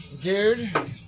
Dude